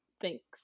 Thanks